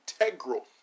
integral